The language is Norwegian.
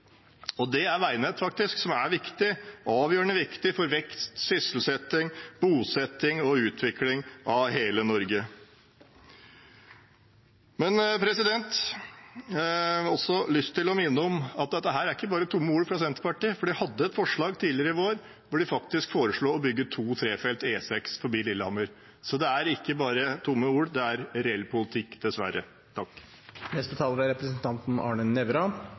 Det er veinett som er avgjørende viktige for vekst, sysselsetting, bosetting og utvikling av hele Norge. Jeg har også lyst til å minne om at dette er ikke bare tomme ord fra Senterpartiet, for de hadde et forslag tidligere i vår der de faktisk foreslo å bygge en to-/trefelts E6 forbi Lillehammer. Så det er ikke bare tomme ord – det er reell politikk, dessverre.